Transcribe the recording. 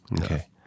Okay